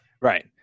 right